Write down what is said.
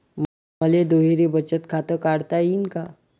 मले दुहेरी बचत खातं काढता येईन का?